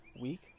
week